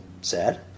sad